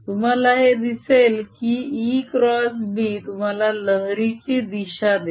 तुम्हाला हे दिसेल की ExB तुम्हाला लहरीची दिशा देईल